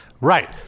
Right